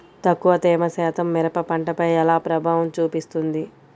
తక్కువ తేమ శాతం మిరప పంటపై ఎలా ప్రభావం చూపిస్తుంది?